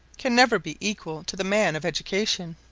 can never be equal to the man of education.